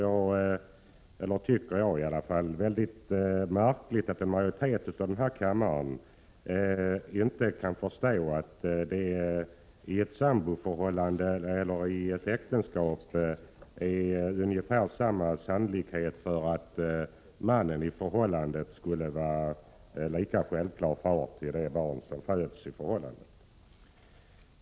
Det är också, tycker jag, märkligt att en majoritet av denna kammare inte kan förstå att det i ett samboförhållande och i ett äktenskap är ungefär lika stor sannolikhet för att mannen i förhållandet är far till det barn som föds i förhållandet.